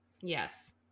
yes